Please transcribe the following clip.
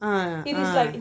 (uh huh)